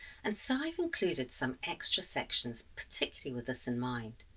and so i've included some extra sections particularly with this in mind.